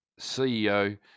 CEO